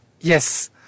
Yes